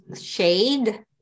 shade